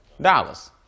dollars